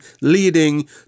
leading